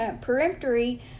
peremptory